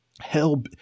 hell